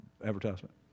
advertisement